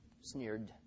sneered